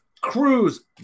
Cruz